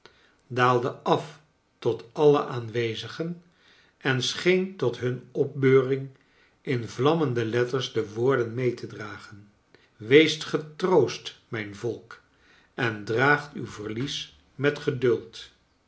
af tot alle aanwezigen en scheen tot hun opbeuring in vlammende letters de woorden mee te dragen weest getroost mijn volk en draagt uw verlies met geduldl